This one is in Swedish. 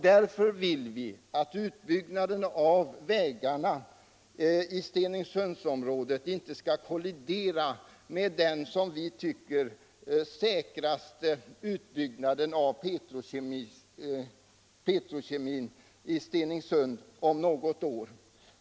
Därför vill vi att utbyggnaden av vägarna i Stenungsundsområdet inte skall kollidera med den, som vi tycker, säkraste utbyggnaden av petrokemin i Stenungsund om något år.